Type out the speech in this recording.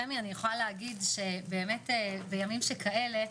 חמי, אני יכולה להגיד שבאמת בימים שכאלה,